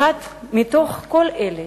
אחת מתוך כל אלה,